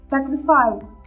Sacrifice